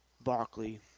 Barkley